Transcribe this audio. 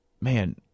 man